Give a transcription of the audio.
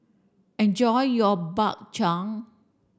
enjoy your Bak Chang